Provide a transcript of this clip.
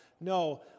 No